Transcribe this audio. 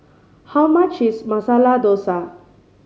how much is Masala Dosa